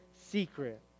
secret